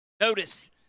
Notice